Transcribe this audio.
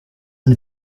and